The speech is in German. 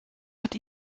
hat